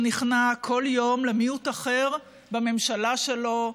שנכנע כל יום למיעוט אחר בממשלה שלו,